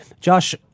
Josh